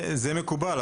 זה מקובל,